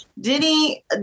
Diddy